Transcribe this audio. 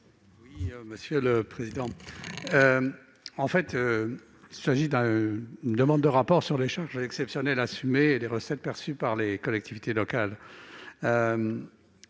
est l'avis de la commission ? Il s'agit d'une demande de rapport sur les charges exceptionnelles assumées et les recettes perçues par les collectivités locales.